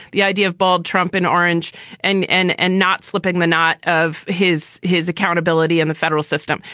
the idea of balde trump in orange and and and not slipping the knot of his his accountability in the federal system.